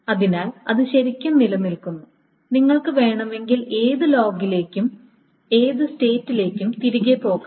അതിനാൽ ഇത് ശരിക്കും നിലനിൽക്കുന്നു നിങ്ങൾക്ക് വേണമെങ്കിൽ ഏത് ലോഗിലേക്കും ഏത് സ്ഥാനത്തേക്കും തിരികെ പോകാം